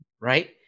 Right